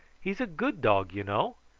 he's a good dog, you know.